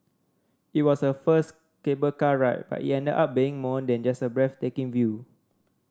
it was her first cable car ride but it ended up being more than just a breathtaking view